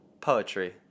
Poetry